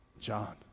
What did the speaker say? John